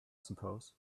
suppose